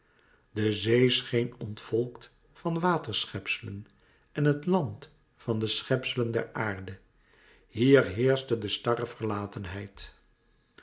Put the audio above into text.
de zee scheen ontvolkt van waterschepselen en het land van de schepselen der aarde hier heerschte de starre verlatenheid